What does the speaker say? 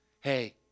Hey